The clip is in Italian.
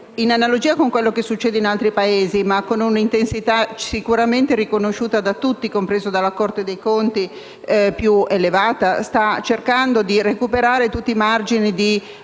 in analogia con quanto succede in altri Paesi, ma con un'intensità sicuramente riconosciuta da tutti (compresa la Corte dei conti) come la più elevata, sta cercando di recuperare tutti i margini di